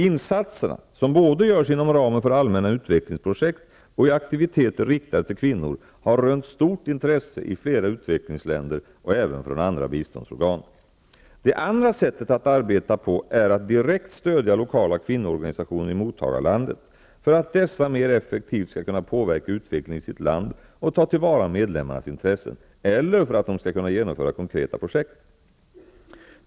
Insatserna, som görs både inom ramen för allmänna utvecklingsprojekt och i aktiviteter riktade till kvinnor, har rönt stort intresse i flera utvecklingsländer och även från andra biståndsorgan. Det andra sättet att arbeta på är att direkt stödja lokala kvinnoorganisationer i mottagarlandet, för att dessa mer effektivt skall kunna påverka utvecklingen i sitt land och ta till vara medlemmarnas intressen, eller för att de skall kunna genomföra konkreta projekt.